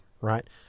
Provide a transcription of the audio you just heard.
right